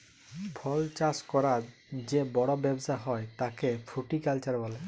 ফল চাষ ক্যরার যে বড় ব্যবসা হ্যয় তাকে ফ্রুটিকালচার বলে